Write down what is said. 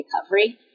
recovery